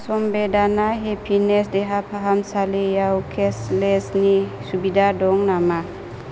समवेदना happiness देहाफाहामसालियाव केसलेसनि सुबिदा दं नामा